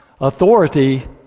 authority